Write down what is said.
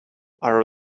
are